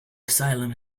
asylum